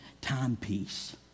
timepiece